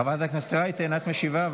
חברת הכנסת רייטן, את משיבה.